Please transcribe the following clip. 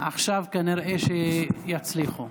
כנראה שיצליחו